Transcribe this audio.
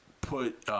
put –